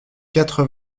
quatre